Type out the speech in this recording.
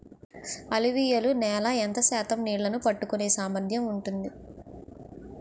అలువియలు నేల ఎంత శాతం నీళ్ళని పట్టుకొనే సామర్థ్యం ఉంటుంది?